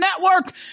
network